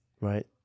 right